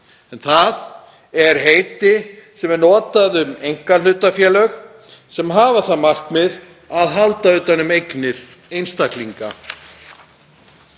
Það er heiti sem er notað um einkahlutafélög sem hafa það markmið að halda utan um eignir einstaklinga.